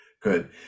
good